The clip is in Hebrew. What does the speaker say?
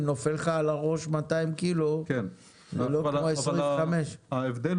אם נופל לך על הראש 200 ק"ג זה לא כמו 25. אבל ההבדל